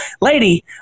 lady